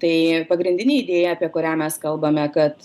tai pagrindinė idėja apie kurią mes kalbame kad